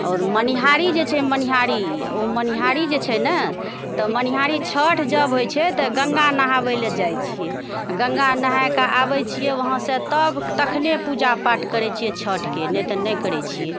आओर मनिहारी जे छै मनिहारी ओ मनिहारी जेछै ने तऽ मनिहारि छठ जब होइ छै तऽ गङ्गा नहाबै लऽ जाइ छिऐ गङ्गा नहायके आबै छियै वहाँसँ तब तखने पूजा पाठ करै छिऐ छठके नहि तऽ नहि करै छिऐ